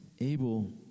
Abel